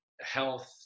health